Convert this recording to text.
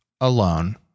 alone